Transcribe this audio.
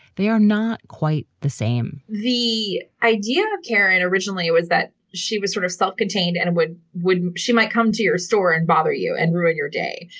they are not quite the same the idea of karen originally was that she was sort of self-contained and would would she might come to your store and bother you and ruin your day.